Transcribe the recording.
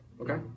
okay